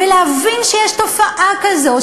ולהבין שיש תופעה כזאת,